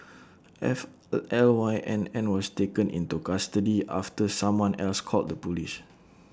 F LY N N was taken into custody after someone else called the Police